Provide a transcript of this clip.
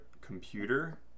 computer